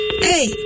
Hey